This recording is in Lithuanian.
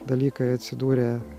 dalykai atsidūrė